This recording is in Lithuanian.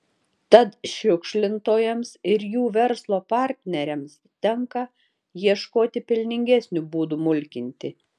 tad šiukšlintojams ir jų verslo partneriams tenka ieškoti pelningesnių būdų mulkinti